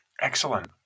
excellent